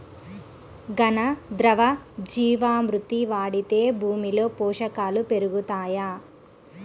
ఘన, ద్రవ జీవా మృతి వాడితే భూమిలో పోషకాలు పెరుగుతాయా?